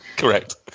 Correct